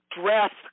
draft